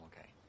okay